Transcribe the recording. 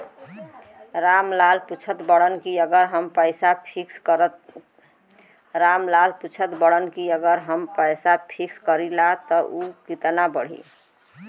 राम लाल पूछत बड़न की अगर हम पैसा फिक्स करीला त ऊ कितना बड़ी?